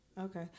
Okay